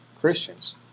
Christians